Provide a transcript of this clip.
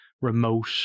remote